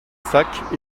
sac